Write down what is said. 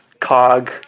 cog